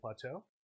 plateau